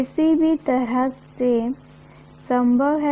किसी भी तरह से संभव है